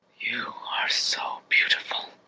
are so beautiful!